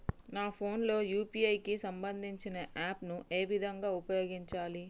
నా ఫోన్ లో యూ.పీ.ఐ కి సంబందించిన యాప్ ను ఏ విధంగా ఉపయోగించాలి?